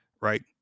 right